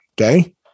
okay